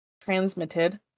Transmitted